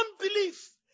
unbelief